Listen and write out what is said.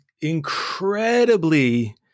incredibly